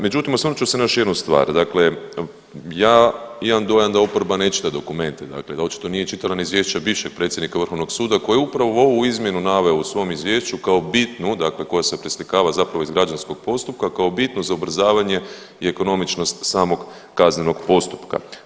Međutim, osvrnut ću se na još jednu stvar, dakle ja imam dojam da oporba ne čita dokumente, dakle očito nije čitano ni izvješće bivšeg predsjednika vrhovnog suda koje upravo ovu izmjenu naveo u svom izvješću kao bitno, dakle koja se preslikava zapravo iz građanskog postupka, kao bitnu za ubrzavanje i ekonomičnost samog kaznenog postupka.